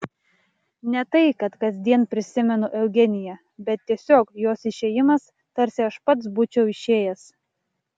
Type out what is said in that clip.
ne tai kad kasdien prisimenu eugeniją bet tiesiog jos išėjimas tarsi aš pats būčiau išėjęs